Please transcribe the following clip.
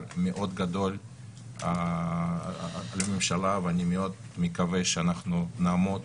מאוד גדול לממשלה ואני מאוד מקווה שאנחנו נעמוד